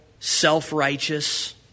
self-righteous